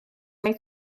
mae